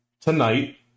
tonight